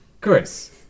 Chris